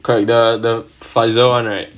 correct the Pfizer [one] right